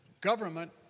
Government